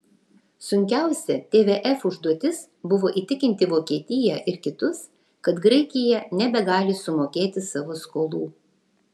sunkiausia tvf užduotis buvo įtikinti vokietiją ir kitus kad graikija nebegali sumokėti savo skolų